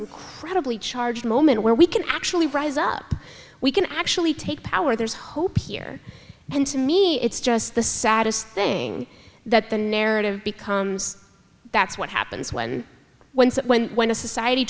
incredibly charged moment where we can actually rise up we can actually take power there's hope here and to me it's just the saddest thing that the narrative becomes that's what happens when when when when a society